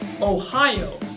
Ohio